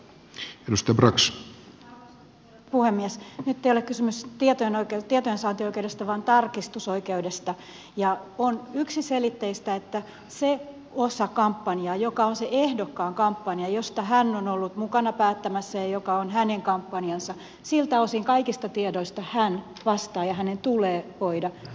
nyt ei ole kysymys tietojensaantioikeudesta vaan tarkistusoikeudesta ja on yksiselitteistä että siitä osasta kampanjaa joka on se ehdokkaan kampanja ja josta hän on ollut mukana päättämässä ja joka on hänen kampanjansa siltä osin kaikista tiedoista hän vastaa ja hänen tulee voida vastata